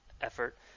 effort